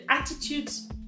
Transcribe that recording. attitudes